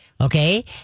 Okay